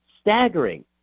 staggering